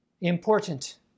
important